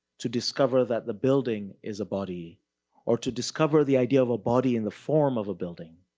to discover that the building is a body or to discover the idea of a body in the form of a building.